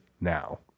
now